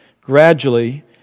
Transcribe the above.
Gradually